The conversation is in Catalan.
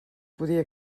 podia